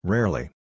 Rarely